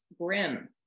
grim